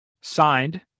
Signed